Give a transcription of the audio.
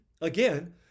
again